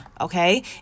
okay